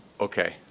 Okay